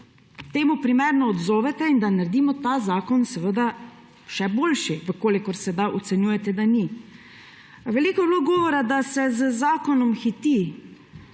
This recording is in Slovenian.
temu primerno odzovete in da naredimo ta zakon še boljši, če sedaj ocenjujete, da ni. Veliko je bilo govora, da se z zakonom hiti.